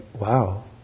wow